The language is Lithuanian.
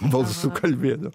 balsu kalbėdavo